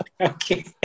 Okay